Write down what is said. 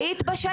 היית בשטח?